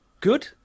Good